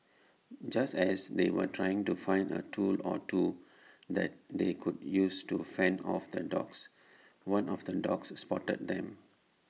just as they were trying to find A tool or two that they could use to fend off the dogs one of the dogs spotted them